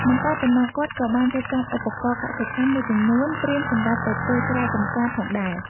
មិនតែប៉ុណ្ណោះ គាត់ក៏បានរៀបចំឧបករណ៍កសិកម្មមួយចំនួន ត្រៀមសម្រាប់ទៅធ្វើស្រែចម្ការផងដែរ។